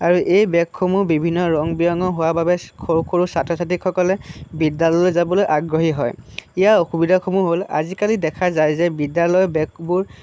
আৰু এই বেগসমূহ বিভিন্ন ৰং বিৰঙৰ হোৱা বাবে সৰু সৰু ছাত্ৰ ছাত্ৰীসকলে বিদ্যালয়লৈ যাবলৈ আগ্ৰহী হয় ইয়াৰ অসুবিধাসমূহ হ'ল আজি কালি দেখা যায় যে বিদ্যালয়ৰ বেগবোৰ